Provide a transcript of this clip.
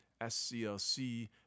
SCLC